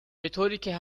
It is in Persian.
بطوریکه